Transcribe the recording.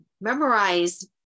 memorize